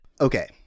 Okay